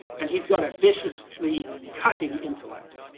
and he's got a viciously cutting intellect.